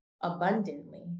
abundantly